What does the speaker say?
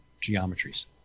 geometries